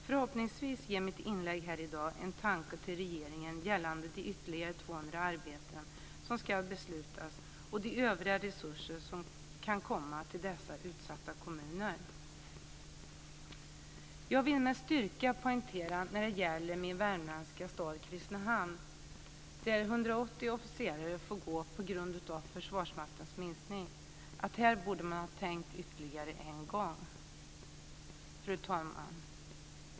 Förhoppningsvis väcker mitt inlägg här i dag en tanke hos regeringen gällande de ytterligare 200 arbeten som det ska fattas beslut om och de övriga resurser som kan komma till dessa utsatta kommuner. I min värmländska stad Kristinehamn får 180 officerare gå på grund av Försvarsmaktens minskning. Jag vill med styrka poängtera att man borde ha tänkt ytterligare en gång i det avseendet. Fru talman!